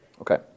Okay